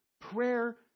Prayer